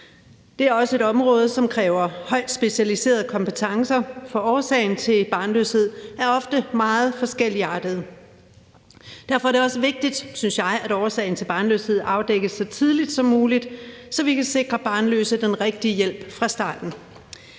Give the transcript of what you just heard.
Det er også et område, som kræver højt specialiserede kompetencer, for årsagerne til barnløshed er ofte meget forskelligartede. Derfor er det også vigtigt, synes jeg, at årsagen til barnløshed afdækkes så tidligt som muligt, så vi kan sikre barnløse den rigtige hjælp fra starten.